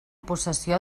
possessió